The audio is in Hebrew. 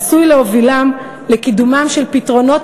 עשויים להובילם לקידומם של פתרונות